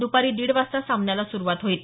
दुपारी दीड वाजता सामन्याला सुरुवात होईल